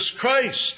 Christ